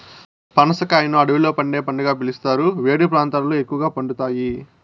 పనస కాయను అడవిలో పండే పండుగా పిలుస్తారు, వేడి ప్రాంతాలలో ఎక్కువగా పండుతాయి